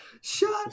Shut